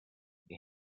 they